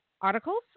articles